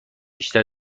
بیشتر